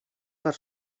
per